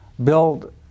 build